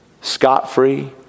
scot-free